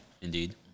Indeed